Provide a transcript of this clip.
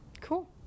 cool